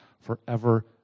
forever